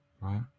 Right